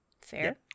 Fair